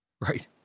Right